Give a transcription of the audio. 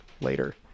later